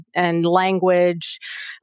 language